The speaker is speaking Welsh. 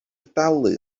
dalu